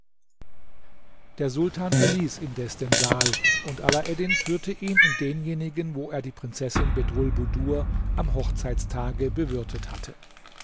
der sultan verließ indes den saal und alaeddin führte ihn in denjenigen wo er die prinzessin bedrulbudur am hochzeitstage bewirtet hatte